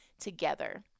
together